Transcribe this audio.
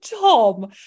Tom